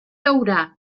llaurar